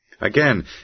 Again